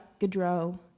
Gaudreau